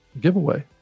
giveaway